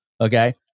Okay